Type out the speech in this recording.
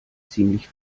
ziemlich